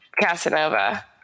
Casanova